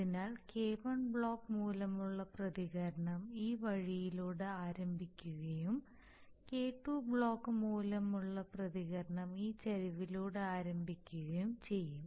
അതിനാൽ K1 block മൂലമുള്ള പ്രതികരണം ഈ വഴിയിലൂടെ ആരംഭിക്കുകയും K2 ബ്ലോക്ക് മൂലമുള്ള പ്രതികരണം ഈ ചരിവിലൂടെ ആരംഭിക്കുകയും ചെയ്യും